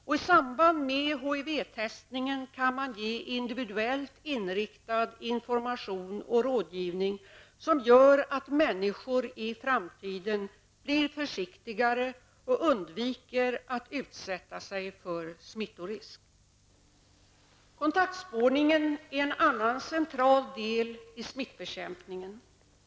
I samband med HIV-testningen kan man ge individuellt inriktad information och rådgivning som gör att människor i framtiden blir försiktigare och undviker att utsätta sig för smittorisk. Kontaktspårningen är en annan central del i smittbekämpningen.